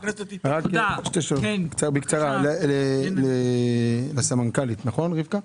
רק שתי שאלות קצרות לסמנכ"לית רבקה.